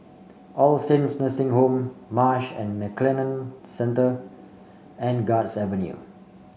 All Saints Nursing Home Marsh and McLennan Centre and Guards Avenue